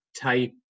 type